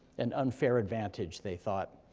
an unfair advantage, they thought.